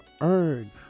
earn